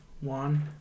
one